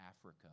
Africa